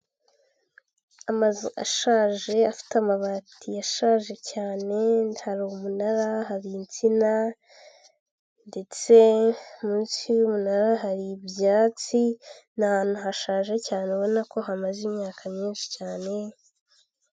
Amazu ashaje afite amabati yashaje cyane hari umunara hari insina ndetse munsi y'umunara hari ibyatsi ni ahantu hashaje cyane ubona ko hamaze imyaka myinshi cyane.